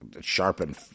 sharpen